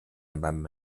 版本